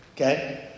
Okay